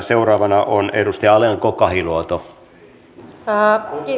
seuraavana on edustaja alanko kahiluoto